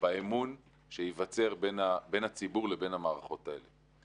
באמון שייווצר בין הציבור לבין המערכות האלה.